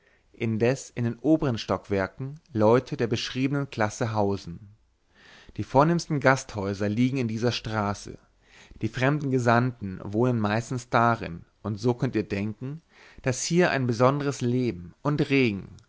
indes in den obern stockwerken leute der beschriebenen klasse hausen die vornehmsten gasthäuser liegen in dieser straße die fremden gesandten wohnen meistens darin und so könnt ihr denken daß hier ein besonderes leben und regen